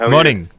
morning